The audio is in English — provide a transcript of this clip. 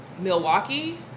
Milwaukee